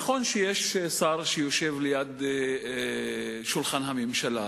נכון שיש שר שיושב ליד שולחן הממשלה,